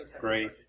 great